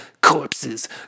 corpses